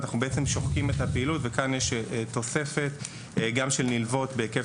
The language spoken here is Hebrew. אנחנו בעצם שוחקים את הפעילות וכאן יש תוספת גם של נלוות בהיקף